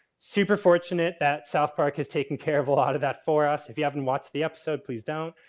super fortunate that south park has taken care of a lot of that for us. if you haven't watched the episode please don't.